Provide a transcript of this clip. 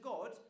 God